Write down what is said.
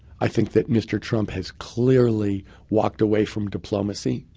i think that mr. trump has clearly walked away from diplomacy.